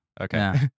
Okay